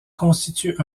constituent